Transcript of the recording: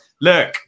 Look